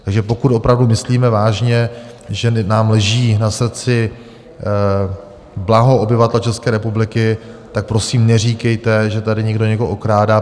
Takže pokud opravdu myslíme vážně, že nám leží na srdci blaho obyvatel České republiky, tak prosím neříkejte, že tady někdo někoho okrádá.